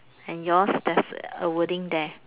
and yours there's a wording there